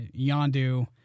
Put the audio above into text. Yondu